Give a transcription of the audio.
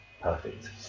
perfect